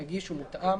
נגיש ומותאם